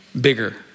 bigger